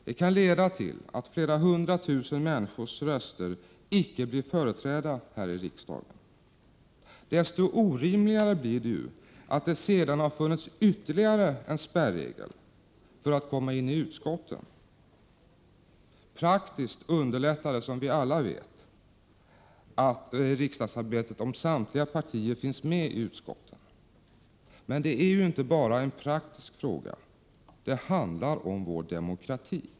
Detta kan leda till att flera hundratusen människors röster icke blir företrädda här i riksdagen. Desto orimligare är det att det har funnits ytterligare en spärregel, nämligen den som gällt utskotten. Praktiskt underlättas riksdagsarbetet, som vi alla vet, om samtliga partier finns representerade i utskotten. Men det är ju inte bara en praktisk fråga. Det handlar också om vår demokrati.